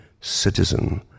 citizen